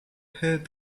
herd